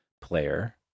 player